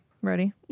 Ready